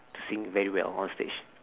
to sing very well on stage